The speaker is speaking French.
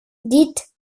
dite